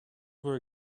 were